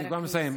אני כבר מסיים.